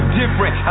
different